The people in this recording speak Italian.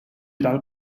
dal